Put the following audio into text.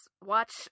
watch